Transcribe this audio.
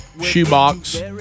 shoebox